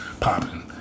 popping